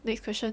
next question